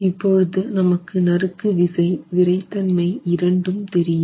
இப்பொழுது நமக்கு நறுக்கு விசை விறைத்தன்மை இரண்டும் தெரியும்